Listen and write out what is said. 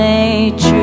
Nature